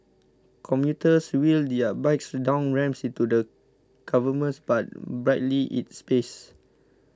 commuters wheel their bikes down ramps into the cavernous but brightly lit space